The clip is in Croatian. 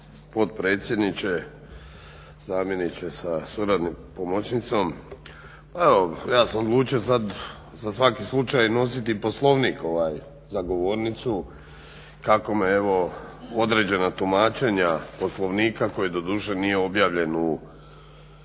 potpredsjedniče. Zamjenice sa pomoćnicom. Evo ja sam odlučio sada za svaki slučaj nositi Poslovnik za govornicu kako me određena tumačenja Poslovnika koji doduše nije objavljen u